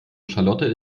charlotte